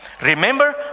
Remember